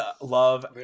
love